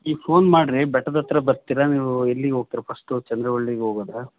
ಈಗ ಫೋನ್ ಮಾಡಿರಿ ಬೆಟ್ದದತ್ತಿರ ಬರ್ತೀರ ನೀವು ಎಲ್ಲಿಗೆ ಹೋಗ್ತಿರ ಫಸ್ಟು ಚಂದ್ರವಳ್ಳಿಗೆ ಹೋಗದ